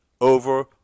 over